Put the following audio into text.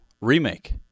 remake